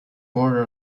border